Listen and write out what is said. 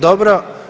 Dobro.